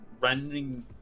running